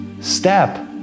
step